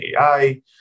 AI